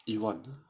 一万